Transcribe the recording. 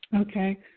Okay